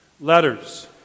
Letters